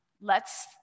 lets